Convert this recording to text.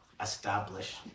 establish